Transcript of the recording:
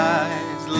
eyes